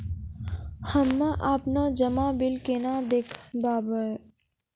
हम्मे आपनौ जमा बिल केना देखबैओ?